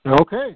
Okay